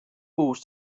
balls